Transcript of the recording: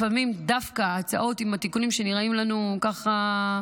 לפעמים דווקא הצעות עם תיקונים שנראים לנו ככה,